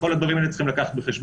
את כל הדברים הללו צריך לקחת בחשבון.